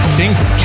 Thanks